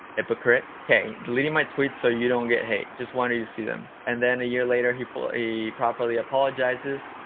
hypocrite. k. deleting my tweet so you don't get hate. just wanted you to see them. and then a year later he fu he properly apologizes,